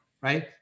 right